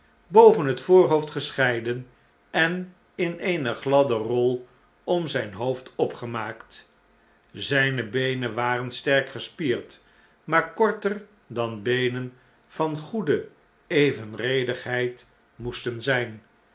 boven het voorhoofd gescheiden en in eene gladde rol om zijn hoofd opgemaakt zijne beenen waren sterk gespierd maar korter dan beenen van goede evenredigheid moesten zijn